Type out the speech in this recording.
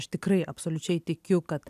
aš tikrai absoliučiai tikiu kad